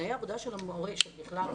תנאי העבודה של המורה בכלל,